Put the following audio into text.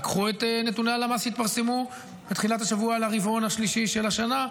וקחו את נתוני הלמ"ס שהתפרסמו בתחילת השבוע לרבעון השלישי של השנה,